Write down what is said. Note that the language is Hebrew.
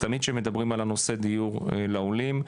תמיד שמדברים על נושא הדיור לעולים,